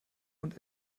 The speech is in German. und